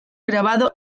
grabado